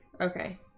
Okay